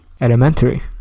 Elementary